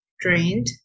drained